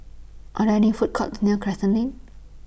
Are There any Food Courts near Crescent Lane